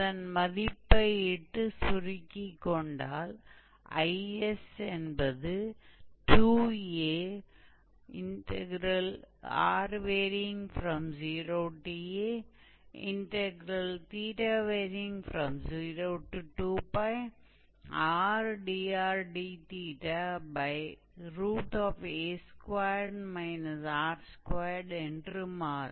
அதன் மதிப்பை இட்டு சுருக்கிக் கொண்டால் Is என்பது 2ar0a02rdrda2 r2 என்று மாறும்